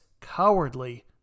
cowardly